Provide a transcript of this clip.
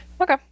Okay